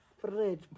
Fred